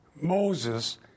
Moses